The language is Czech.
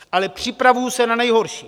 Ale připravuji se na nejhorší.